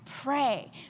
pray